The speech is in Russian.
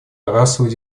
расовой